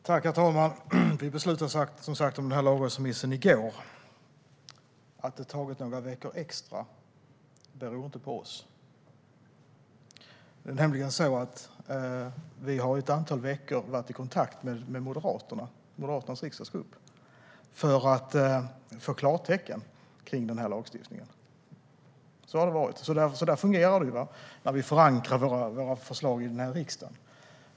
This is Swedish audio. Herr talman! Vi beslutade som sagt om den här lagrådsremissen i går. Att det har tagit några veckor extra beror inte på oss. Det är nämligen så att vi under ett antal veckor har varit i kontakt med Moderaternas riksdagsgrupp för att få klartecken för den här lagstiftningen. Så har det varit. Så fungerar det när vi förankrar våra förslag i riksdagen.